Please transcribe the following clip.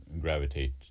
gravitate